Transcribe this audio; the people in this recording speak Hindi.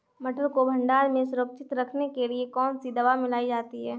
मटर को भंडारण में सुरक्षित रखने के लिए कौन सी दवा मिलाई जाती है?